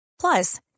Plus